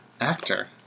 actor